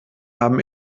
haben